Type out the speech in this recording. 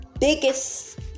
biggest